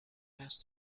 pass